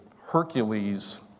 Hercules